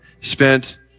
spent